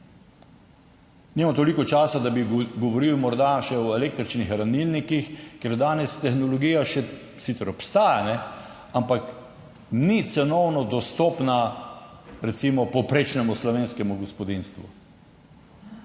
Nimam toliko časa, da bi govoril morda še o električnih hranilnikih, ker danes tehnologija še sicer obstaja, ampak ni cenovno dostopna, recimo, povprečnemu slovenskemu gospodinjstvu